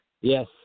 Yes